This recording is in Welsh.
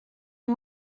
yng